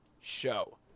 show